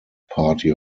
party